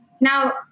now